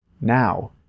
Now